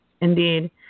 Indeed